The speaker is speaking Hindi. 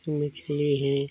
तो मछली हैं